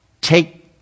take